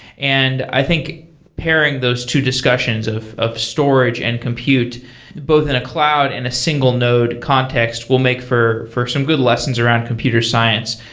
and i think pairing those two discussions of of storage and compute both in a cloud and a single node context will make for for some good lessons around computer science.